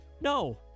No